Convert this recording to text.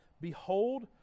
Behold